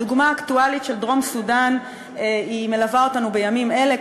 הדוגמה האקטואלית של דרום-סודאן מלווה אותנו בימים אלה,